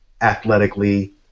athletically